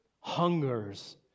hungers